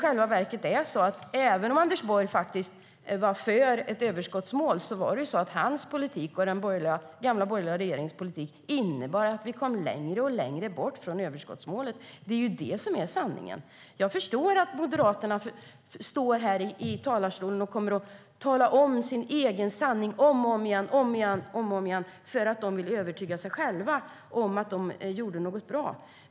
Jag förstår att Moderaterna står i talarstolen och upprepar sin egen version om och om igen för att de vill övertyga sig själva om att de gjorde något bra.